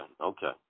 okay